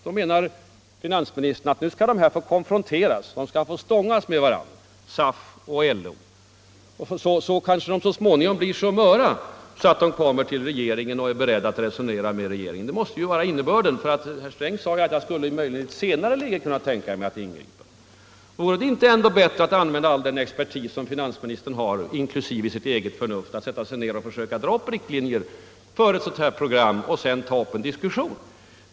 Då menar finansministern att SAF och LO skall få konfronteras, stångas med varandra, så kanske de så småningom blir så möra att de kommer till regeringen och är beredda att resonera. Det måste ju vara innebörden när herr Sträng säger att han i ett senare läge skulle kunnat tänka sig att ingripa. Vore det inte bättre att använda all den expertis som finansministern har, inklusive sitt eget förnuft, att försöka dra upp riktlinjer för ett program och sedan ta upp en diskussion?